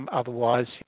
otherwise